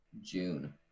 June